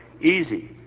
easy